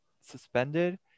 suspended